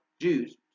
Jews